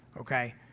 okay